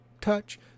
touch